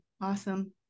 awesome